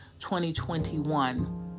2021